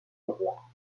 roi